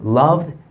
loved